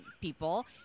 people